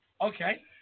Okay